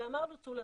אלא אמרנו צאו לדרך.